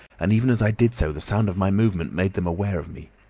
and even as i did so the sound of my movement made them aware of me.